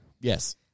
Yes